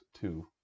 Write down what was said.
two